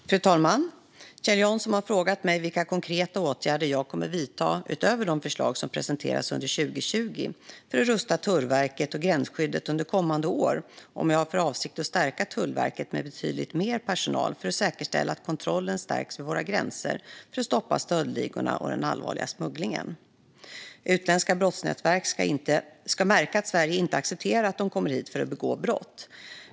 Svar på interpellationer Fru talman! Kjell Jansson har frågat mig vilka konkreta åtgärder jag kommer att vidta, utöver de förslag som presenterats under 2020, för att rusta Tullverket och gränsskyddet under kommande år och om jag har för avsikt att stärka Tullverket med betydligt mer personal för att säkerställa att kontrollen stärks vid våra gränser för att stoppa stöldligorna och den allvarliga smugglingen. Utländska brottsnätverk ska märka att Sverige inte accepterar att de kommer hit för att begå brott.